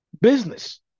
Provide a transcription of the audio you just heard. business